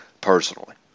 personally